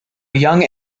young